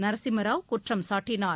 நரசிம்ம ராவ் குற்றம் சாட்டினார்